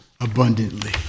abundantly